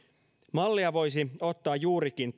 mallia voisi ottaa juurikin